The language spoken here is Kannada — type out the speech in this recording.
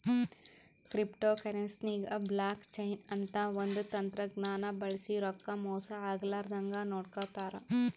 ಕ್ರಿಪ್ಟೋಕರೆನ್ಸಿಗ್ ಬ್ಲಾಕ್ ಚೈನ್ ಅಂತ್ ಒಂದ್ ತಂತಜ್ಞಾನ್ ಬಳ್ಸಿ ರೊಕ್ಕಾ ಮೋಸ್ ಆಗ್ಲರದಂಗ್ ನೋಡ್ಕೋತಾರ್